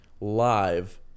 live